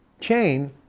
chain